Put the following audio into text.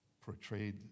portrayed